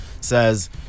says